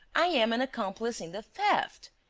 i am an accomplice in the theft!